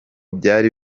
byari